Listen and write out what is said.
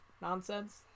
nonsense